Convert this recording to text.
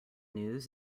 news